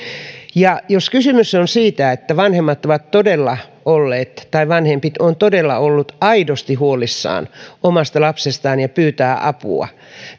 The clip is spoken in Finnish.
jos kysymys on siitä että vanhemmat ovat todella olleet tai vanhempi on todella ollut aidosti huolissaan omasta lapsestaan ja pyytää apua